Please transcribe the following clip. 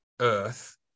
earth